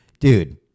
dude